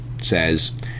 says